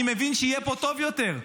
אני מבין שיהיה פה טוב יותר.